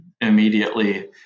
immediately